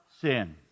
sin